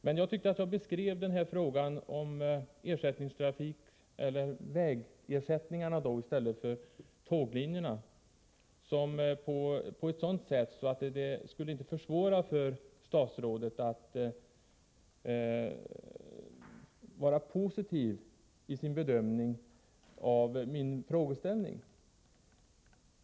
Men jag tyckte att jag beskrev de problem som uppstår när man skall ersätta tågtrafiken på den här linjen med landsvägstrafik på ett sådant sätt att det inte skulle försvåra för statsrådet att se positivt på min frågeställning.